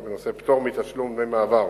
רצוני לשאול: 1. האם נכון הדבר?